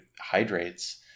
hydrates